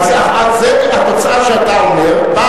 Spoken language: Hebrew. אז זאת התוצאה שאתה אומר.